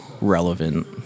relevant